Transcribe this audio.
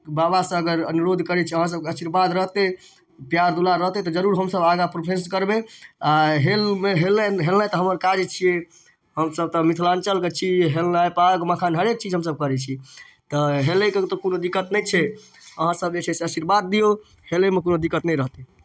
बाबासँ अगर अनुरोध करै छी अहाँसभके आशीर्वाद रहतै प्यार दुलार रहतै तऽ जरूर हमसभ आगाँ प्रोग्रेस करबै आ हेलबै हेलनाइ हेलनाइ तऽ हमर काज छियै हमसभ तऽ मिथिलाञ्चलके छी हेलनाइ पाग मखान हरेक चीज हमसभ करै छी तऽ हेलैके तऽ कोनो दिक्कत नहि छै अहाँसभ जे छै से आशीर्वाद दियौ हेलैमे कोनो दिक्कत नहि रहतै